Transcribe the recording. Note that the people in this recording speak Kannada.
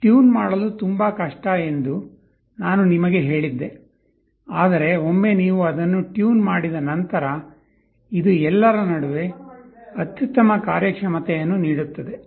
ಟ್ಯೂನ್ ಮಾಡಲು ತುಂಬಾ ಕಷ್ಟ ಎಂದು ನಾನು ನಿಮಗೆ ಹೇಳಿದ್ದೆ ಆದರೆ ಒಮ್ಮೆ ನೀವು ಅದನ್ನು ಟ್ಯೂನ್ ಮಾಡಿದ ನಂತರ ಇದು ಎಲ್ಲರ ನಡುವೆ ಅತ್ಯುತ್ತಮ ಕಾರ್ಯಕ್ಷಮತೆಯನ್ನು ನೀಡುತ್ತದೆ